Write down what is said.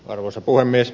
arvoisa puhemies